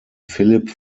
philipp